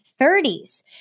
30s